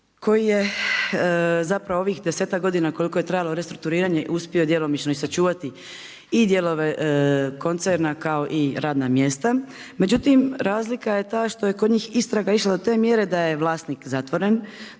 koji je zapravo ovih 10 tak godina koliko je trajalo restrukturiranje, uspio djelomično i sačuvati i dijelove koncerna kao i radna mjesta. Međutim razlika je ta što je kod njih istraga išla do te mjere da je vlasnik zatvoren,